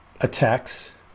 attacks